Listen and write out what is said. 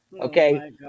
okay